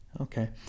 okay